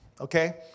okay